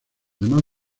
demás